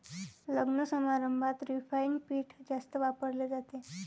लग्नसमारंभात रिफाइंड पीठ जास्त वापरले जाते